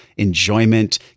enjoyment